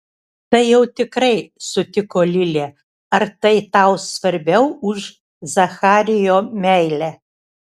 tai jau tikrai sutiko lilė ar tai tau svarbiau už zacharijo meilę